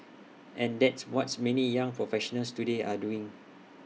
and that's what's many young professionals today are doing